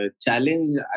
challenge